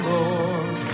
Lord